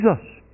Jesus